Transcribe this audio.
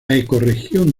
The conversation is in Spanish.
ecorregión